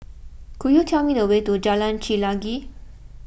could you tell me the way to Jalan Chelagi